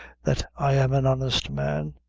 that i am an honest man.